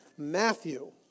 Matthew